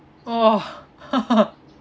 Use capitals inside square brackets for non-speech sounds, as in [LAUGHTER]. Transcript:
orh [LAUGHS]